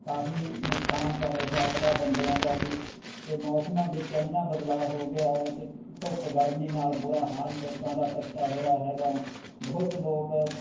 ਕਾਫੀ ਨੁਕਸਾਨ ਕਰ ਰਿਹਾ ਹੈਗਾ ਬੰਦਿਆਂ ਦਾ ਜੀ ਅਤੇ ਮੌਸਮਾਂ ਵਿੱਚ ਐਨਾ ਬਦਲਾਅ ਹੋ ਗਿਆ ਕਿ ਧੁੱਪ ਗਰਮੀ ਨਾਲ ਬੁਰਾ ਹਾਲ ਲੋਕਾਂ ਦਾ ਕੀਤਾ ਹੋਇਆ ਹੈਗਾ ਬਹੁਤ ਲੋਕ